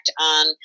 on